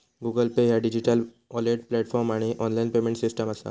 Google Pay ह्या digital wallet platform आणि online payment system असा